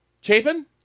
Chapin